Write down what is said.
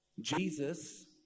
Jesus